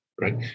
right